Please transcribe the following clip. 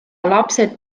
lapsed